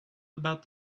about